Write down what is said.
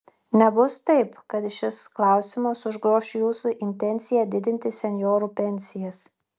nebus taip kad šis klausimas užgoš jūsų intenciją didinti senjorų pensijas